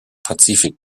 pazifik